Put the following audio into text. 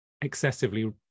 excessively